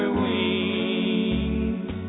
wings